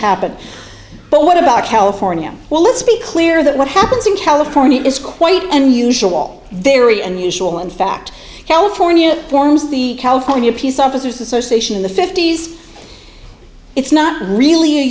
happen but what about california well let's be clear that what happens in california is quite unusual very unusual in fact california forms the california peace officers association in the fifty's it's not really a